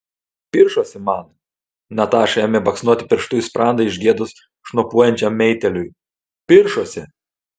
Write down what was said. piršosi man nataša ėmė baksnoti pirštu į sprandą iš gėdos šnopuojančiam meitėliui piršosi